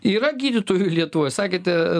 yra gydytojų lietuvoj sakėte